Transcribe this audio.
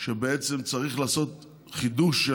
שבעצם צריך לעשות חידוש,